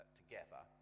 together